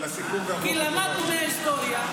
-- כי למדנו מההיסטוריה,